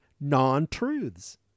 non-truths